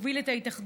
שמוביל את ההתאחדות,